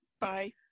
bye